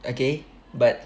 okay but